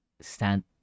stand